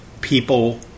people